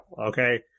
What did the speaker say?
Okay